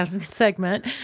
segment